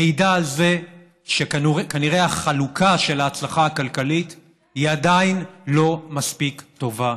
מעידה על זה שכנראה החלוקה של ההצלחה הכלכלית עדיין לא מספיק טובה.